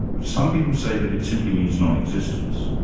and some people say that it simply means non-existence.